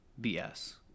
BS